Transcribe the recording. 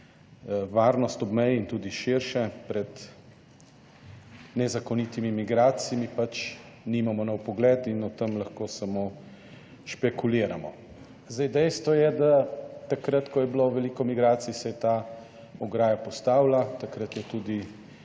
varnost ob meji in tudi širše pred nezakonitimi migracijami, pač nimamo na vpogled in o tem lahko samo špekuliramo. Zdaj, dejstvo je, da takrat, ko je bilo veliko migracij, se je ta ograja postavila, takrat je tudi